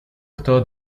kto